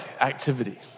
activity